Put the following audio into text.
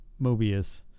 Mobius